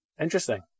Interesting